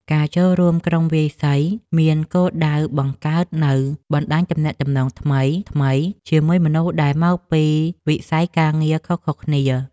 ការចូលរួមក្រុមវាយសីមានគោលដៅបង្កើតនូវបណ្តាញទំនាក់ទំនងថ្មីៗជាមួយមនុស្សដែលមកពីវិស័យការងារខុសៗគ្នា។